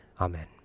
Amen